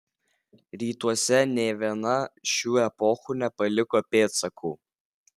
rytuose nė viena šių epochų nepaliko pėdsakų